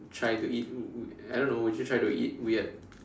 try to eat I don't know would you try to eat weird